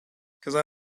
because